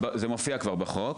זה כבר מופיע בחוק.